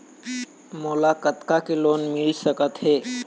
मोला कतका के लोन मिल सकत हे?